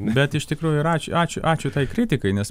bet iš tikrųjų ir ačiū ačiū ačiū tai kritikai nes